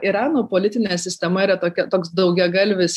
irano politinė sistema yra tokia toks daugiagalvis